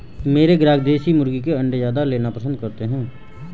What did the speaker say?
मेरे ग्राहक देसी मुर्गी के अंडे ज्यादा लेना पसंद करते हैं